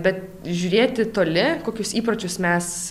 bet žiūrėti toli kokius įpročius mes